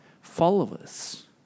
followers